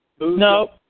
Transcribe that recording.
No